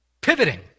Pivoting